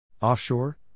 Offshore